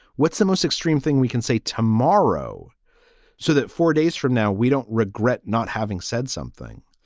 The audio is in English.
what's the most extreme thing we can say tomorrow so that four days from now we don't regret not having said something?